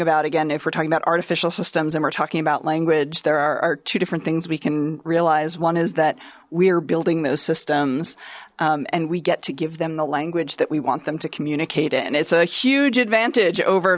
about again if we're talking about artificial systems and we're talking about language there are two different things we can realize one is that we're building those systems and we get to give them the language that we want them to communicate in it's a huge advantage over